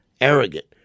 arrogant